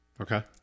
Okay